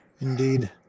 Indeed